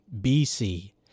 BC